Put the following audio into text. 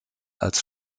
als